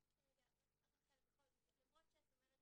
אבל אומר לך מניסיון בוועדות בשנייה אחת מרימים את היד